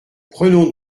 prenons